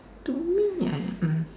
to me mm